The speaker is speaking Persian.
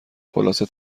خلاصه